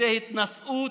וזה התנשאות,